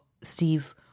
Steve